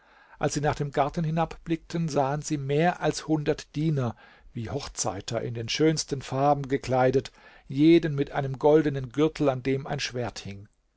als sie nach dem garten hinabblickten sahen sie mehr als hundert diener wie hochzeiter in den schönsten farben gekleidet jeden mit einem goldenen gürtel an dem ein schwert hing